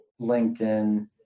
linkedin